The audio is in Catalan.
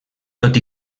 tot